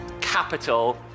capital